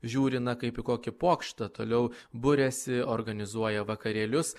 žiūri na kaip į kokį pokštą toliau buriasi organizuoja vakarėlius